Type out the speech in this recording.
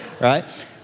right